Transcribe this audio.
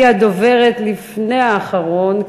היא הדוברת לפני האחרון,